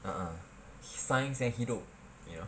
a'ah science and hidup you know